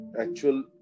actual